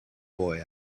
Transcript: boy